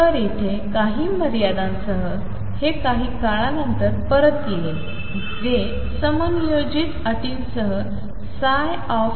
तर येथे काही मर्यादांसह हे काही काळानंतर परत येईल जे समायोजित अटींसह ψ n